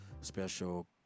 special